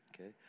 Okay